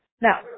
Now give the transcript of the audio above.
Now